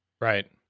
right